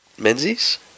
Menzies